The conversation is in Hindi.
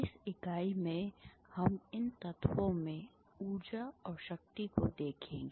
इस इकाई में हम इन तत्वों में ऊर्जा और शक्ति को देखेंगे